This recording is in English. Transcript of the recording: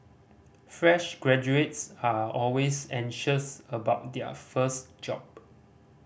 fresh graduates are always anxious about their first job